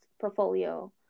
portfolio